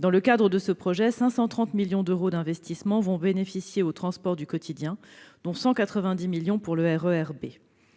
Dans le cadre de cette réalisation, 530 millions d'euros d'investissement vont ainsi bénéficier aux transports du quotidien, dont 190 millions d'euros pour le RER B.